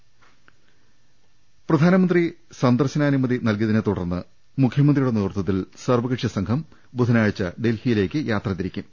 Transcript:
രദ്ദേഷ്ടങ പ്രധാനമന്ത്രി സന്ദർശനാനുമതി നൽകിയതിനെ തുടർന്ന് മുഖ്യമന്ത്രിയുടെ നേതൃത്വത്തിൽ സർവകക്ഷി സംഘം ബുധനാഴ്ച ഡൽഹിയിലേക്ക് യാത്ര തിരിക്കും